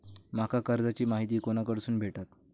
माका कर्जाची माहिती कोणाकडसून भेटात?